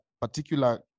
particular